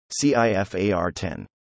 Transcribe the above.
CIFAR10